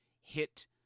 hit